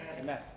Amen